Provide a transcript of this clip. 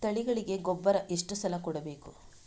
ತಳಿಗಳಿಗೆ ಗೊಬ್ಬರ ಎಷ್ಟು ಸಲ ಕೊಡಬೇಕು?